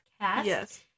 Yes